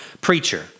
preacher